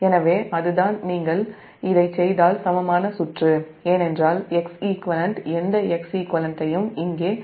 எனவே அதுதான் நீங்கள் இதைச் செய்தால் சமமான சுற்று ஏனென்றால் Xeq எந்த Xeq ஐயும் இங்கே 0